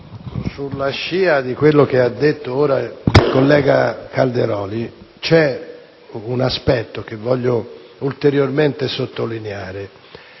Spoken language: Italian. sulla scia di quello che ha detto ora il collega Calderoli, c'è un aspetto che voglio ulteriormente sottolineare: